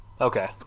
Okay